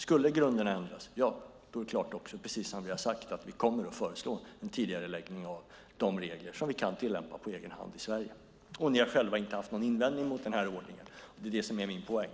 Om grunderna ändras kommer vi, precis som vi har sagt, att föreslå en tidigareläggning av de regler som vi kan tillämpa på egen hand i Sverige. Ni har själva inte haft någon invändning mot den ordningen. Det är min poäng.